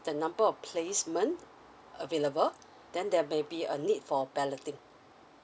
the number of placement available then there may be a need for balloting